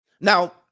Now